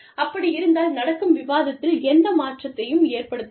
அப்படி இருந்தால் நடக்கும் விவாதத்தில் எந்த மாற்றத்தையும் ஏற்படுத்தாது